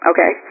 Okay